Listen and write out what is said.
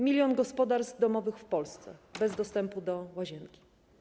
Milion gospodarstw domowych w Polsce bez dostępu do łazienki.